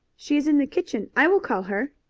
she is in the kitchen. i will call her.